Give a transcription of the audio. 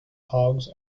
hogs